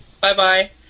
Bye-bye